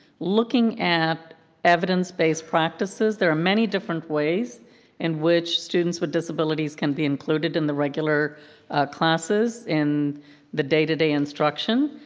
looking at evidence-based practices, there are many different ways in which students with disabilities can be included in the regular classes, in the day-to-day instruction,